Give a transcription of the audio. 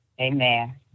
Amen